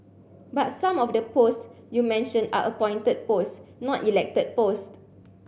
but some of the posts you mentioned are appointed posts not elected posts